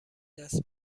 دست